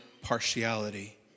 partiality